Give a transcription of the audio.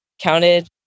counted